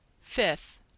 Fifth